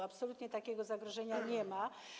Absolutnie takiego zagrożenia nie ma.